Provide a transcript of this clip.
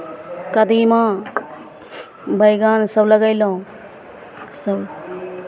कदीमा बैगन सभ लगयलहुँ सभ